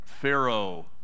Pharaoh